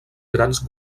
grans